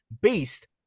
based